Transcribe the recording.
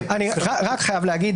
אני רק חייב להגיד,